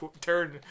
turn